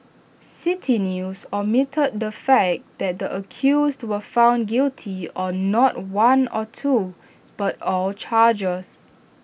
City News omitted the fact that the accused were found guilty on not one or two but all charges